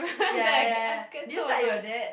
ya ya ya ya did you side your dad